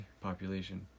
population